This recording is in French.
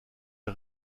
les